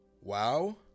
wow